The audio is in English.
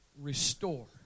restore